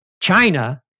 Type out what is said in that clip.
China